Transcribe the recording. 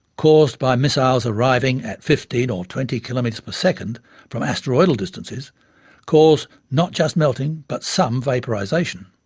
caused by missiles arriving at fifteen or twenty kilometres per second from asteroidal distances cause not just melting but some vaporisation.